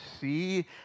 see